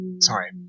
sorry